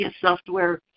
software